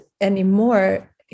anymore